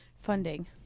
funding